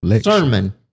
sermon